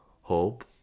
hope